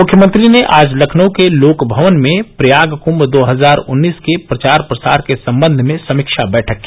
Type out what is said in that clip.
मुख्यमंत्री लखनऊ के लोकभवन में प्रयाग कृम्भ दो हजार उन्नीस के प्रचास प्रसार के सम्बंध में समीक्षा बैठक किया